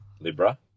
Libra